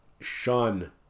shun